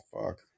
fuck